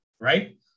right